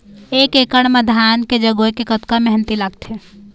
एक एकड़ म धान के जगोए के कतका मेहनती लगथे?